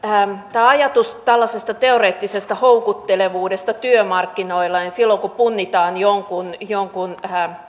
tämä ajatus tällaisesta teoreettisesta houkuttelevuudesta työmarkkinoilla silloin kun punnitaan jonkun jonkun